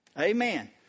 Amen